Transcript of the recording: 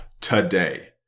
today